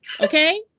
Okay